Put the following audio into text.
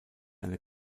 eine